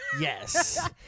yes